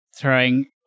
Throwing